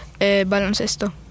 baloncesto